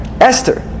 Esther